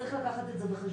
צריך לקחת את זה בחשבון.